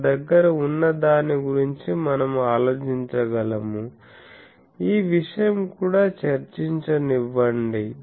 మన దగ్గర ఉన్నదాని గురించి మనం ఆలోచించగలము ఈ విషయం కూడా చర్చించనివ్వండి